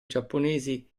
giapponesi